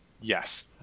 Yes